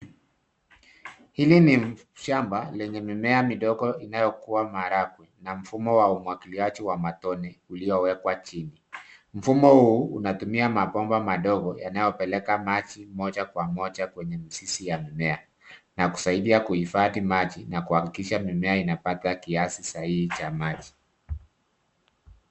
Hili ni shamba lenye mimea midogo inayo kua maragwe, una mfumo wa umwagiliaji wa matone uliowekwa chini. Mfumo huu unatumia mabomba madogo yanayo peleka maji moja kwa moja kwenye mizizi ya mimea na kusaidia kuhifadhi maji na kuhakikisha mimea inapata kiasi sahihi cha maji.